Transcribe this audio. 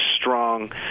strong